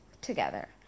together